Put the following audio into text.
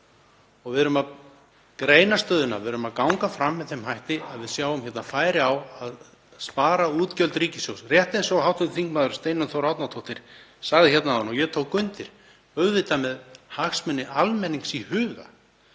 Við erum að greina stöðuna. Við verðum að ganga fram með þeim hætti að við sjáum færi á að spara útgjöld ríkissjóðs, rétt eins og hv. þm. Steinunn Þóra Árnadóttir sagði hér áðan. Ég tók undir, auðvitað með hagsmuni almennings í huga.